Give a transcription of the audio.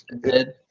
good